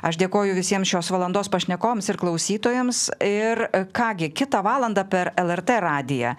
aš dėkoju visiems šios valandos pašnekovams ir klausytojams ir ką gi kitą valandą per lrt radiją